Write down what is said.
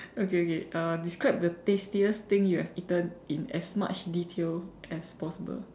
okay okay uh describe the tastiest thing you have eaten in as much detail as possible